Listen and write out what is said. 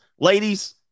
ladies